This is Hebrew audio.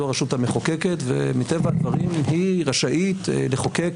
זו הרשות המחוקקת ומטבע הדברים היא רשאית לחוקק